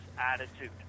attitude